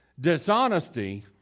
Dishonesty